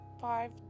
five